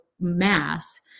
mass